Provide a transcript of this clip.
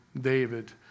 David